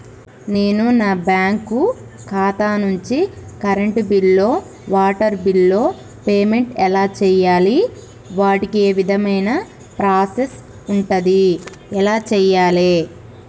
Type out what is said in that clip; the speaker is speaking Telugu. నేను నా బ్యాంకు ఖాతా నుంచి కరెంట్ బిల్లో వాటర్ బిల్లో పేమెంట్ ఎలా చేయాలి? వాటికి ఏ విధమైన ప్రాసెస్ ఉంటది? ఎలా చేయాలే?